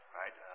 right